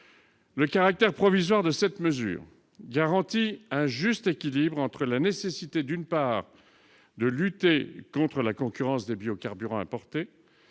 Le caractère provisoire de cette mesure garantit un juste équilibre entre la nécessité, d'une part, de lutter contre la concurrence des biocarburants importés